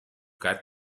got